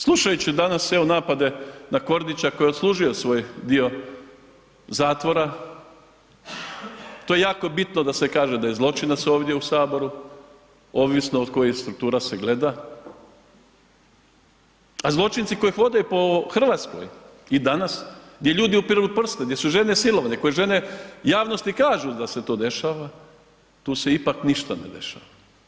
Slušajući danas evo napade na Kordića koji je odslužio svoj dio zatvora, to je jako bitno da se kaže da je zločinac ovdje u Saboru, ovisno od koji struktura se gleda a zločinci koji hodaju po Hrvatskoj i danas, di ljudi upiru prste, gdje su žene silovane, koje žene javnosti kažu da se to dešava, tu se ipak ništa ne dešava.